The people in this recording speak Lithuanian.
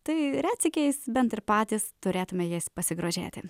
tai retsykiais bent ir patys turėtume jais pasigrožėti